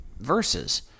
verses